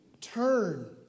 turn